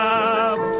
up